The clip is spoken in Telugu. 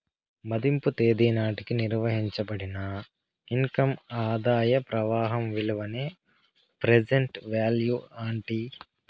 మదింపు తేదీ నాటికి నిర్వయించబడిన ఇన్కమ్ ఆదాయ ప్రవాహం విలువనే ప్రెసెంట్ వాల్యూ అంటీ